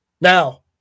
Now